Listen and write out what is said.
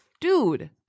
dude